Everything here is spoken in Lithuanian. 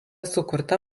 sukurta